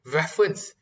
reference